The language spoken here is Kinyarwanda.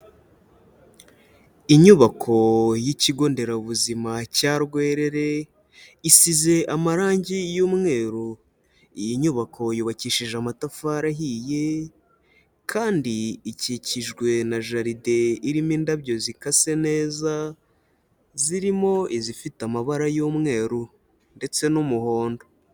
Inyubako y'ikigo nderabuzima cya Rwerere, isize amarangi y'umweru, iyi nyubako yubakishije amatafari ahiye, kandi ikikijwe na jaride irimo indabyo zikase neza, zirimo izifite amabara y'umweru ndetse n'umuhondo.